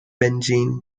benzene